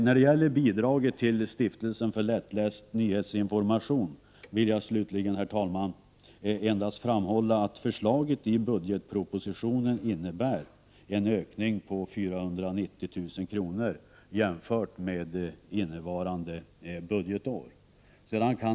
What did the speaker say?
När det gäller bidraget till Stiftelsen för lättläst nyhetsinformation vill jag slutligen, herr talman, endast framhålla att förslaget i budgetpropositionen innebär en ökning på 490 000 kr. jämfört med bidraget för innevarande budgetår.